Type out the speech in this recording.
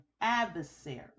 adversary